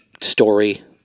story